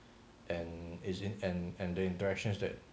and is in and and the interactions that